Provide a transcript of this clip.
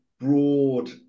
broad